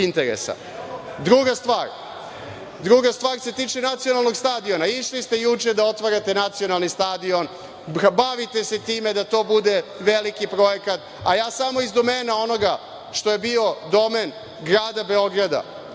stvar se tiče nacionalnog stadiona. Išli ste juče da otvarate nacionalni stadion, bavite se time da to bude veliki projekat, a ja samo iz domena onoga što je bio domen grada Beograda